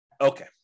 Okay